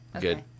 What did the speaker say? Good